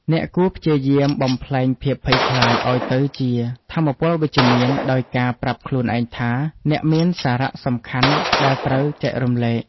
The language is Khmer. អ្នកគួរព្យាយាមបំប្លែងភាពភ័យខ្លាចឱ្យទៅជាថាមពលវិជ្ជមាន ដោយការប្រាប់ខ្លួនឯងថា អ្នកមានសារសំខាន់ដែលត្រូវចែករំលែក។